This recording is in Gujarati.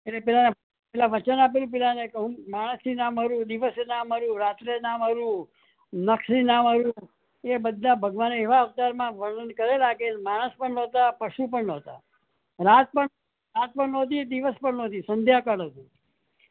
એને પેલા પેલા વચન આપેલું પેલાને કે હું માણસથી ન મરું દિવસે ન મરું રાત્રે ન મરું નખથી ન મરું એ બધા ભગવાને એવા અવતારમાં વર્ણન કરેલા કે માણસ પણ ન હતા પશુ પણ ન હતા અને રાત પણ રાત પણ ન હતી દિવસ પણ ન હતી સંધ્યા કાળ હતું